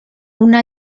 una